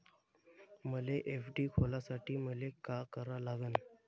मले एफ.डी खोलासाठी मले का करा लागन?